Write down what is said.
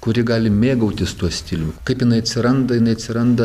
kuri gali mėgautis tuo stilium kaip jinai atsiranda jinai atsiranda